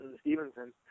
Stevenson